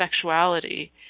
sexuality